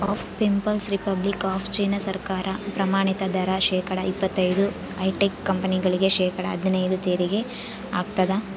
people's Republic of China ಸರ್ಕಾರ ಪ್ರಮಾಣಿತ ದರ ಶೇಕಡಾ ಇಪ್ಪತೈದು ಹೈಟೆಕ್ ಕಂಪನಿಗಳಿಗೆ ಶೇಕಡಾ ಹದ್ನೈದು ತೆರಿಗೆ ಹಾಕ್ತದ